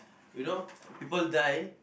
you know people die